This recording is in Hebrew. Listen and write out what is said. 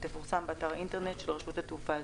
תפורסם באתר האינטרנט של רשות התעופה האזרחית."